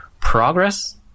Progress